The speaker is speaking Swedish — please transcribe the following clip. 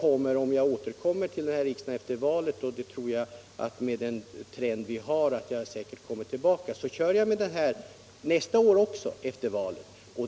Om jag återkommer till riksdagen efter valet — och med den opinionstrend som råder tror jag att jag gör det — väcker jag den här motionen nästa år också.